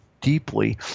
deeply